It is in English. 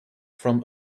from